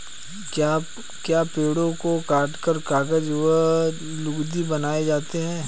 क्या पेड़ों को काटकर कागज व लुगदी बनाए जाते हैं?